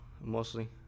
mostly